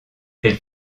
elles